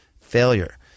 failure